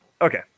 Okay